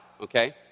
okay